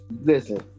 Listen